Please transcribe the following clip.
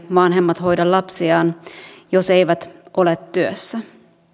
vanhemmat hoida lapsiaan jos eivät ole työssä